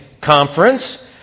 conference